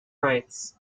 rights